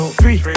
three